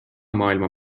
maailma